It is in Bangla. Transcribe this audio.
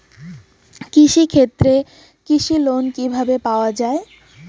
কৃষি ক্ষেত্রে কৃষি লোন কিভাবে পাওয়া য়ায়?